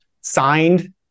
signed